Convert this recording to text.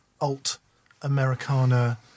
alt-americana